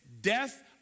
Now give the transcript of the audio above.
death